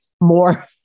more